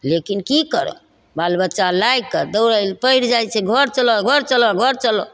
लेकिन कि करब बाल बच्चा लैके दौड़ै ले पड़ि जाइ छै घर चलऽ घर चलऽ घर चलऽ